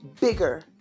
bigger